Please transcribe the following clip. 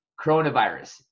coronavirus